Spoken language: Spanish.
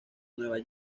nueva